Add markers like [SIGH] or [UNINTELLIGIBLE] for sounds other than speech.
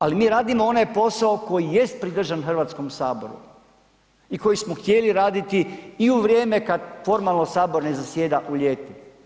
Ali mi radimo onaj posao koji jest ... [UNINTELLIGIBLE] Hrvatskom saboru i koji smo htjeli raditi i u vrijeme kad formalno Sabor ne zasjeda u ljeti.